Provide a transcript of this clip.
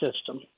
system